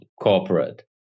corporate